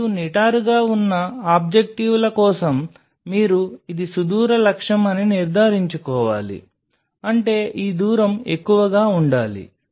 మరియు నిటారుగా ఉన్న ఆబ్జెక్టివ్ల కోసం మీరు ఇది సుదూర లక్ష్యం అని నిర్ధారించుకోవాలి అంటే ఈ దూరం ఎక్కువగా ఉండాలి